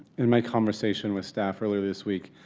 in my conversation with staff earlier this week,